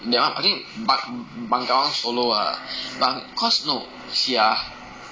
ya I think bang~ Bangawan Solo ah bang~ caue no you see ah